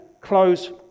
close